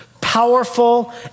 powerful